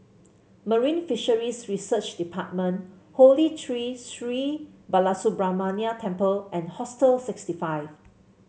Marine Fisheries Research Department Holy Tree Sri Balasubramaniar Temple and Hostel sixty five